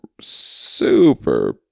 super